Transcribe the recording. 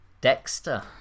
Dexter